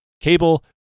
Cable